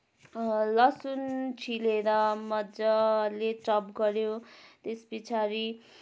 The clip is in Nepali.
लहसुन छिलेर मजाले चप गर्यो त्यसपछाडि